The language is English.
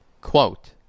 quote